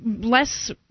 less